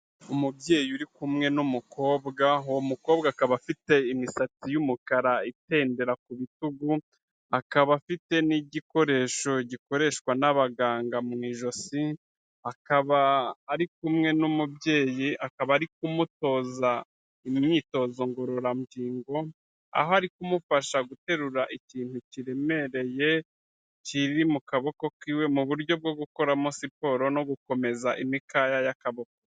Umubyeyi uri kumwe n'umukobwa, uwo mukobwa akaba afite imisatsi y'umukara itendera ku bitugu, akaba afite n'igikoresho gikoreshwa n'abaganga mu ijosi, akaba ari kumwe n'umubyeyi, akaba ari kumutoza imyitozo ngororangingo, aho ari kumufasha guterura ikintu kiremereye, kiri mu kaboko kiwe, mu buryo bwo gukoramo siporo, no gukomeza imikaya y'akaboko.